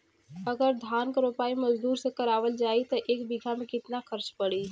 अगर धान क रोपाई मजदूर से करावल जाई त एक बिघा में कितना खर्च पड़ी?